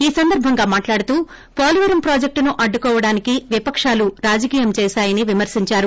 ఈ సందర్బంగా మాట్లాడుతూ పోలవరం ప్రాజెక్టును అడ్డుకోవడానికి విపకాలు రాజకీయం చేశాయని విమర్పించారు